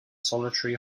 solitary